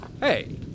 Hey